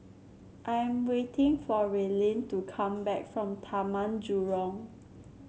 I am waiting for Raelynn to come back from Taman Jurong